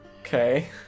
Okay